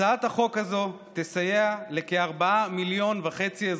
הצעת החוק הזאת תסייע לכארבעה וחצי מיליון